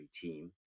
team